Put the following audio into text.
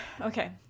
Okay